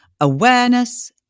awareness